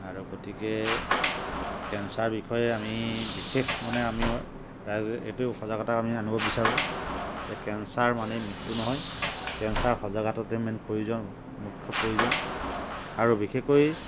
আৰু গতিকে কেঞ্চাৰৰ বিষয়ে আমি বিশেষ মানে আমি এয়া যে এইটো সজাগতা আনিব বিচাৰোঁ যে কেঞ্চাৰ মানেই মৃত্যু নহয় কেঞ্চাৰৰ সজাগতাটোৱে মেইন প্ৰয়োজন মুখ্য প্ৰয়োজন আৰু বিশেষকৈ